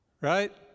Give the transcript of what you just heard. Right